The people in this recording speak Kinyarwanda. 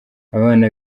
abana